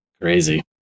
Crazy